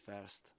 first